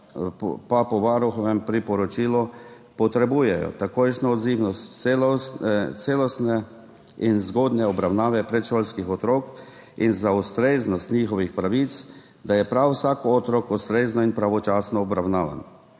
pa po priporočilu potrebujejo takojšnjo odzivnost celostne in zgodnje obravnave predšolskih otrok in za ustreznost njihovih pravic, da je prav vsak otrok ustrezno in pravočasno obravnavan.